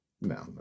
No